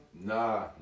Nah